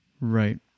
Right